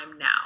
now